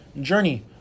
journey